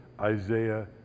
Isaiah